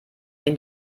den